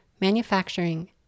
manufacturing